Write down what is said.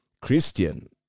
Christian